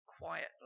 quietly